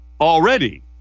Already